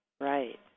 Right